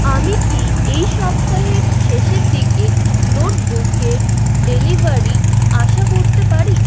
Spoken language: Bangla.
আমি কি এই সপ্তাহের শেষের দিকে নোটবুকের ডেলিভারি আশা করতে পারি